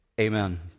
Amen